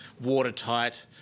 watertight